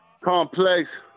Complex